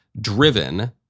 driven